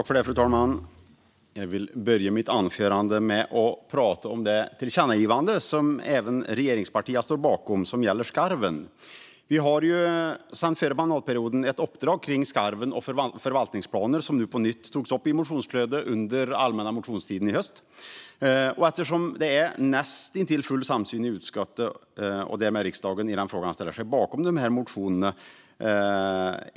Fru talman! Jag vill börja mitt anförande med att prata om det tillkännagivande, som även regeringspartierna står bakom, som gäller skarven. Det finns ju sedan förra mandatperioden ett uppdrag som gäller skarven och förvaltningsplaner som på nytt togs upp i motionsflödet under allmänna motionstiden i höstas. Det råder näst intill full samsyn i utskottet, och därmed också i riksdagen, i denna fråga.